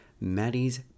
Maddie's